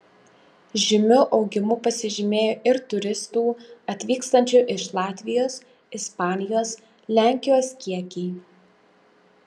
žymiu augimu pasižymėjo ir turistų atvykstančių iš latvijos ispanijos lenkijos kiekiai